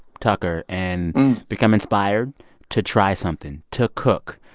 tucker, and become inspired to try something to cook,